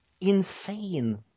insane